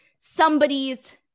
somebody's